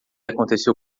aconteceu